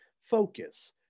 focus